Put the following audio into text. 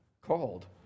called